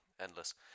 endless